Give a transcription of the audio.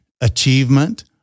achievement